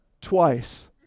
twice